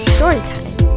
Storytime